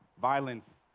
violence,